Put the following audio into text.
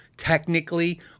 technically